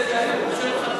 אלה שהיו פה,